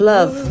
Love